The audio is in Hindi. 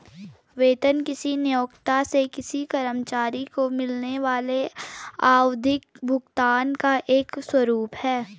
वेतन किसी नियोक्ता से किसी कर्मचारी को मिलने वाले आवधिक भुगतान का एक स्वरूप है